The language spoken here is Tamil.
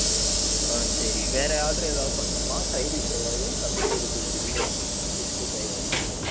ஆ சரி வேறு ஆர்ட்ரு ஏதாவது பண்ணும்மா சைடிஸ் ஏதாவது தந்தூரி இருக்குது க்ரில் இருக்குது சிக்ஸ்டி ஃபை அது மாதிரி